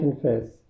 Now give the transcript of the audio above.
confess